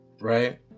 right